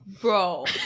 bro